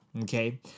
Okay